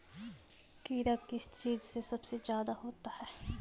कीड़ा किस चीज से सबसे ज्यादा होता है?